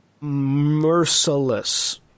merciless